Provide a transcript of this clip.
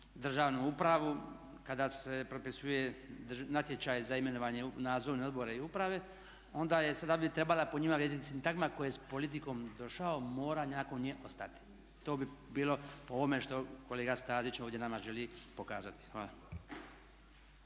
državnu upravu, kada se propisuje natječaj za imenovanje nadzornog odbora i uprave, onda je, sada bi trebala po njima vrijediti sintagma tko je s politikom došao mora nakon nje ostati. To bi bilo po ovome što kolega Stazić ovdje nama želi pokazati.